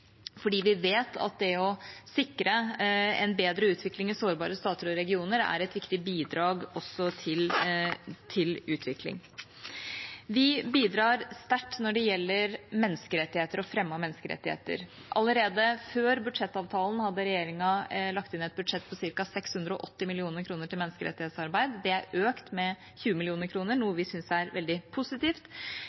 fordi vi vet at det å sikre en bedre utvikling i sårbare stater og regioner også er et viktig bidrag til utvikling. Vi bidrar sterkt når det gjelder menneskerettigheter og fremme av menneskerettigheter. Allerede før budsjettavtalen hadde regjeringa lagt inn et budsjett på ca. 680 mill. kr til menneskerettighetsarbeid. Det er økt med 20 mill. kr, noe vi syns er veldig positivt.